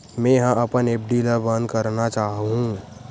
मेंहा अपन एफ.डी ला बंद करना चाहहु